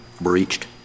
breached